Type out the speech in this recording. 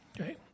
Okay